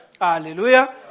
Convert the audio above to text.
Hallelujah